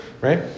right